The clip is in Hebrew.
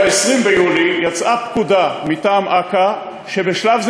ב-20 ביולי יצאה פקודה מטעם אכ"א שבשלב זה